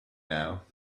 now